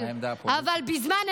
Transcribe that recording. אבל בזמן אמת,